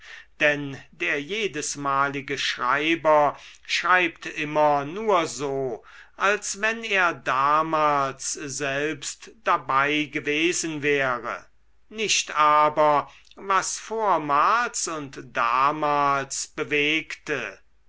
denn der jedesmalige schreiber schreibt immer nur so als wenn er damals selbst dabei gewesen wäre nicht aber was vormals war und damals bewegte